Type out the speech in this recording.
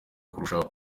kurushaho